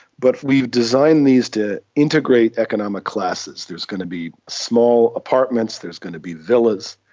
but we've designed these to integrate economic classes. there's going to be small apartments, there's going to be villas,